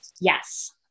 Yes